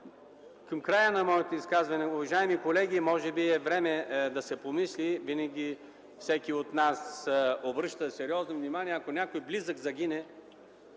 Към края на моето изказване, уважаеми колеги – може би е време да се помисли, защото всеки от нас обръща сериозно внимание, ако някой близък загине